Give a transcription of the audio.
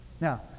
Now